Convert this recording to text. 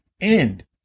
end